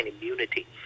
immunity